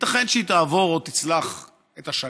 יתכן שהיא תעבור או תצלח את השנה,